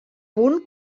punt